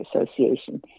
Association